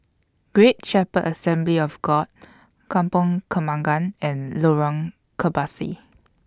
Great Shepherd Assembly of God Kampong Kembangan and Lorong Kebasi